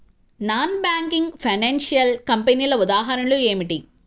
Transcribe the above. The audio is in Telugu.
నాన్ బ్యాంకింగ్ ఫైనాన్షియల్ కంపెనీల ఉదాహరణలు ఏమిటి?